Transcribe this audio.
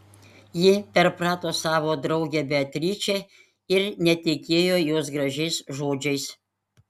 ji perprato savo draugę beatričę ir netikėjo jos gražiais žodžiais